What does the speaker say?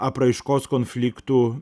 apraiškos konfliktų